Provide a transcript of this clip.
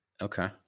Okay